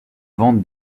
vente